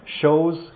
shows